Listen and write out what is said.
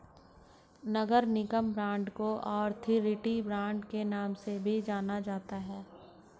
नगर निगम बांड को authority bond के नाम से भी जाना जाता है